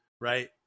right